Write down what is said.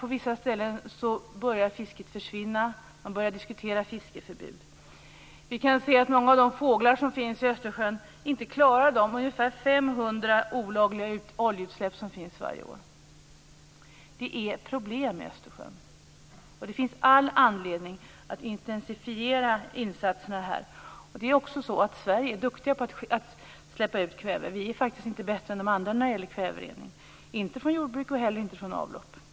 På vissa ställen börjar fisket att försvinna. Man diskuterar fiskeförbud. Många av de fåglar som finns i Östersjön klarar inte de ca 500 olagliga oljeutsläpp som förekommer varje år. Det är problem med Östersjön, och det finns all anledning att intensifiera insatserna. I Sverige är man duktig på att släppa ut kväve. Vi är faktiskt inte bättre än andra länder när det gäller rening av kväve från jordbruk och från avlopp.